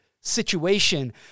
situation